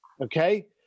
okay